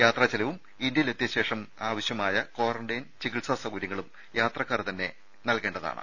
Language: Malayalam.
യാത്രാ ചെലവും ഇന്ത്യയിൽ എത്തിയ ശേഷം ആവശ്യമായ ക്വാറന്റൈൻ ചികിത്സാ സൌകര്യങ്ങളും യാത്രക്കാർ തന്നെ നൽകേണ്ടതാണ്